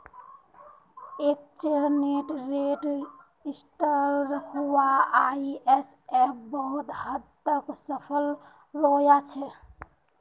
exchange rate स्थिर रखवात IMF बहुत हद तक सफल रोया छे